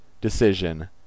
decision